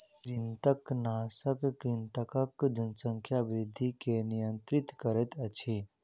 कृंतकनाशक कृंतकक जनसंख्या वृद्धि के नियंत्रित करैत अछि